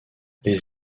les